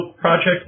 project